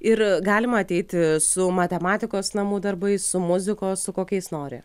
ir galima ateiti su matematikos namų darbais su muzikos su kokiais nori